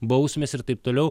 bausmės ir taip toliau